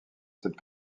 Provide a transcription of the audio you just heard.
cette